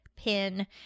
pin